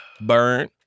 Burn